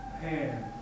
hand